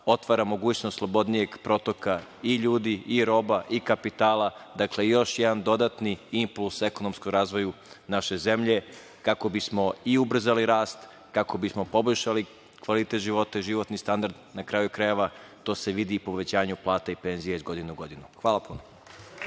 otvara mogućnost slobodnijeg protoka i ljudi i roba i kapitala. Dakle, još jedan dodatni impuls ekonomskog razvoja naše zemlje, kako bismo i ubrzali, kako bismo poboljšali kvalitet života i životni standard. Na kraju krajeva to se vidi i povećanjem plata i penzija iz godine u godinu. Hvala.